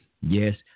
Yes